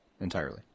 entirely